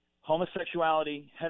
homosexuality